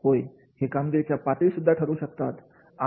होय हे कामगिरीच्या पातळी सुद्धा ठरू शकतात